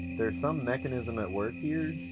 there's some mechanism at work here.